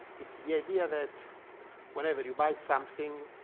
it's the idea that whenever you buy something,